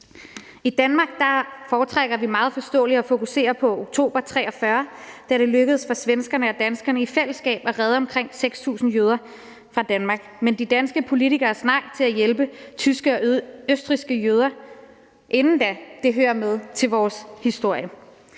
I Danmark foretrækker vi meget forståeligt at fokusere på oktober 1943, da det lykkedes for svenskerne og danskerne i fællesskab at redde omkring 6.000 jøder ud af Danmark, men de danske politikeres nej til at hjælpe tyske og østrigske jøder inden da hører med til vores historie.